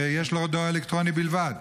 ויש לו דואר אלקטרוני בלבד,